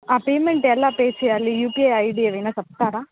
ఆ పేమెంట్ ఎలా పే చెయ్యాలి యూపీఐ ఐడి ఏదైనా చెప్తారా